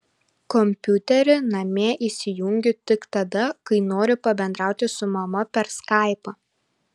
kompiuterį namie įsijungiu tik tada kai noriu pabendrauti su mama per skaipą